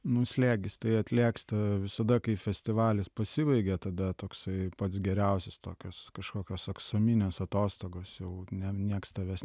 nu slėgis tai atlėgsta visada kai festivalis pasibaigia tada toksai pats geriausios tokios kažkokios aksominės atostogos jau ne nieks tavęs